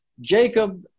Jacob